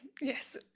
yes